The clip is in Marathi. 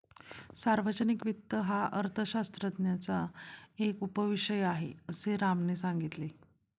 सार्वजनिक वित्त हा अर्थशास्त्राचा एक उपविषय आहे, असे रामने सांगितले